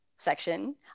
section